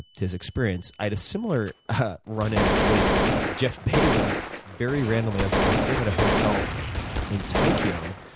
his experience. i had a similar run-in with jeff bezos very randomly. i was um staying at a hotel in tokyo,